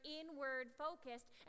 inward-focused